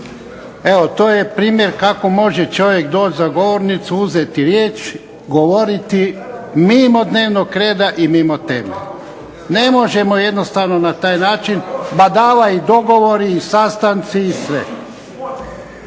Evo to je primjer kako može čovjek doći za govornicu, uzeti riječ, govoriti mimo dnevnog reda i mimo teme. Ne možemo jednostavno na taj način. Badava i dogovori i sastanci i sve.